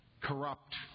corrupt